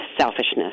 selfishness